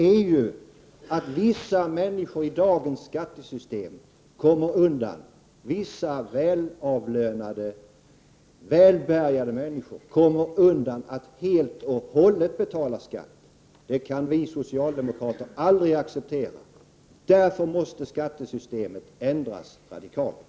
Kom ihåg, Lars Bäckström, att de riktigt stora orättvisorna har vi ju genom att vissa välavlönade, välbärgade människor kommer undan helt och hållet att betala skatt med dagens skattesystem. Det kan vi socialdemokrater aldrig acceptera. Därför måste skattesystemet ändras radikalt.